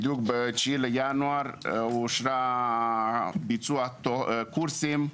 בדיוק ב-9 בינואר, אושר ביצוע קורסים.